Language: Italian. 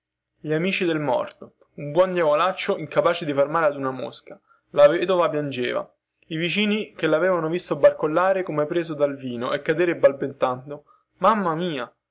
gli amici del morto un buon diavolaccio incapace di far male ad una mosca la vedova piangeva i vicini che lavevano visto barcollare come preso dal vino e cadere balbettando mamma mia